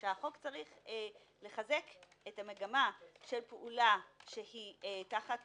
שהחוק צריך לחזק את המגמה של פעולה שהיא תחת